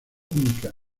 únicas